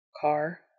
Car